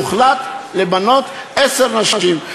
הוחלט למנות עשר נשים.